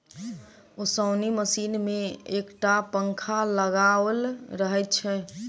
ओसौनी मशीन मे एक टा पंखा लगाओल रहैत छै